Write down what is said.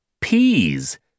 Peas